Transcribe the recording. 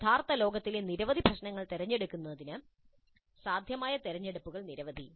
യഥാർത്ഥ ലോകത്തിലെ പ്രശ്നങ്ങൾ തിരഞ്ഞെടുക്കുന്നതിനുള്ള സാധ്യമായ തിരഞ്ഞെടുപ്പുകൾ നിരവധി